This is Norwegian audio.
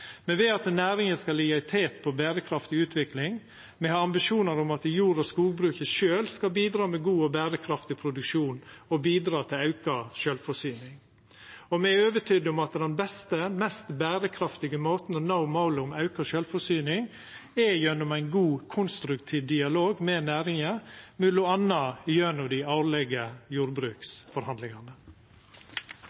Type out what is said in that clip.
Me vil at næringa skal liggja i teten når det gjeld berekraftig utvikling, me har ambisjonar om at jord- og skogbruket sjølve skal bidra med god og berekraftig produksjon og bidra til auka sjølvforsyning. Me er overtydde om at den beste og mest berekraftig måten å nå målet om auka sjølvforsyning på, er gjennom ein god, konstruktiv dialog med næringa m.a. gjennom dei årlege